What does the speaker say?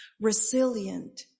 resilient